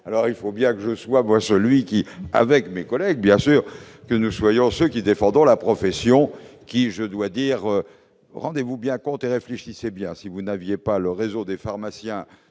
alors il faut bien que je sois celui qui, avec mes collègues, bien sûr que nous soyons ceux qui défendons la profession qui, je dois dire Rendez-vous bien compte et réfléchissez bien, si vous n'aviez pas le réseau des pharmaciens